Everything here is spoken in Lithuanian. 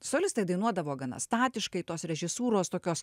solistai dainuodavo gana statiškai tos režisūros tokios